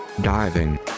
Diving